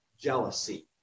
jealousy